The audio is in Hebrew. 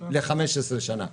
ל-15 שנה,